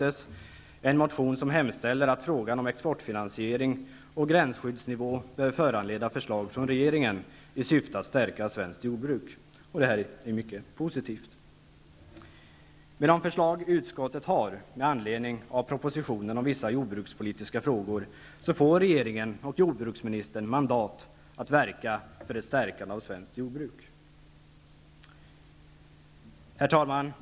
Det är en motion som hemställer att frågan om exportfinansiering och gränsskyddsnivå bör föranleda förslag från regeringen i syfte att stärka svenskt jordbruk. Det här är mycket positivt. Med de förslag utskottet har med anledning av propositionen om vissa jordbrukspolitiska frågor får regeringen och jordbruksministern mandat att verka för ett stärkande av svenskt jordbruk. Herr talman!